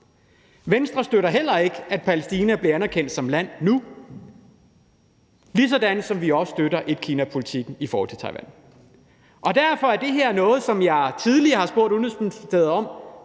Venstre støtter heller ikke, at Palæstina bliver anerkendt som land nu, på samme måde, som vi også støtter etkinapolitikken i forhold til Taiwan. Derfor er det her noget, som jeg tidligere har spurgt Udenrigsministeriet om,